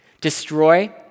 Destroy